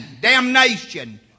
damnation